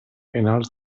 finals